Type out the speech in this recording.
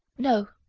no,